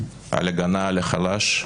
הביטוי ובהגנה על החלש.